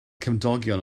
cymdogion